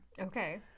Okay